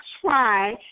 try